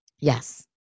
Yes